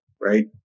right